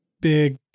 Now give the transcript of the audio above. big